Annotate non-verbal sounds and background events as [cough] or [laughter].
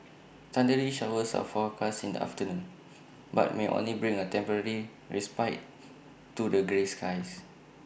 thundery showers are forecast in the afternoon [noise] but may only bring A temporary respite [noise] to the grey skies